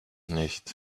nicht